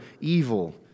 evil